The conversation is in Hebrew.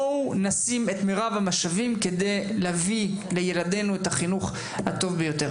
בואו נרכז את מירב המאמצים כדי לאפשר לילדנו את החינוך הטוב ביותר.